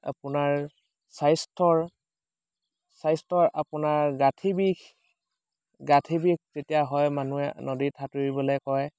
আপোনাৰ স্বাস্থ্যৰ স্বাস্থ্যৰ আপোনাৰ গাঁঠী বিষ গাঁঠি বিষ যেতিয়া হয় মানুহে নদীত সাঁতুৰিবলৈ কয়